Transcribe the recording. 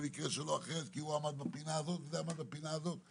במקרה שלו אחרת כי הוא עמד בפינה הזאת וזה עמד בפינה הזאת.